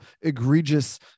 egregious